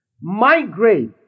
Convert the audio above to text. migrate